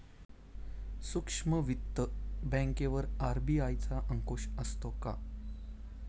सूक्ष्म वित्त बँकेवर आर.बी.आय चा अंकुश असतो का?